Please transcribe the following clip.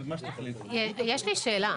יש לי שאלה.